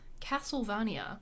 Castlevania